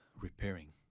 repairing